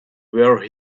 were